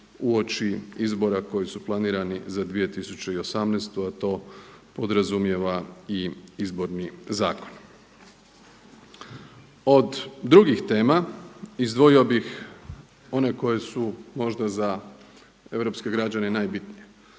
uoči izbora koji su planirani za 2018., a to podrazumijeva i izborni zakon. Od drugih tema izdvojio bih one koje su možda za europske građane najbitnije,